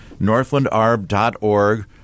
northlandarb.org